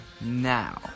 Now